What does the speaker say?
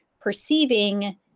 perceiving